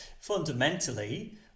fundamentally